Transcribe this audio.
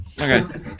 Okay